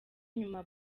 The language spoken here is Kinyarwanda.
nyuma